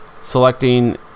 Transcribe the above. selecting